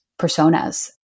personas